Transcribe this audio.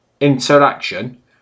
interaction